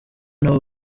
n’abo